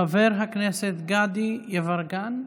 חבר הכנסת גדי יברקן,